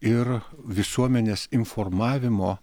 ir visuomenės informavimo